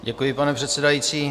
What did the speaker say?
Děkuji, pane předsedající.